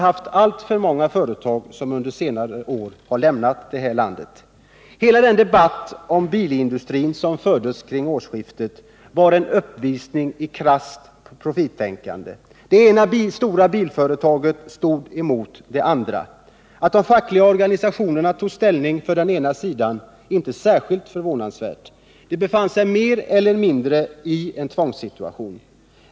Alltför många företag har under senare år lämnat detta land. Hela den debatt om bilindustrin som fördes kring årsskiftet var en uppvisning i krasst profittänkande. Det ena stora bilföretaget stod mot det andra. Att de fackliga organisationerna tog ställning för den ena sidan är inte särskilt förvånansvärt. De befann sig mer eller mindre i en tvångssituation.